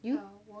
you